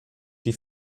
die